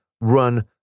run